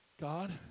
God